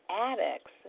addicts